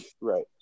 Right